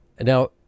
now